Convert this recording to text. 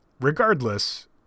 Regardless